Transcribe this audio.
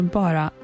bara